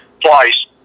twice